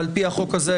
על פי החוק הזה,